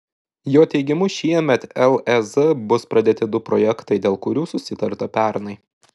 jo teigimu šiemet lez bus pradėti du projektai dėl kurių susitarta pernai